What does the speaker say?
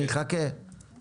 שכן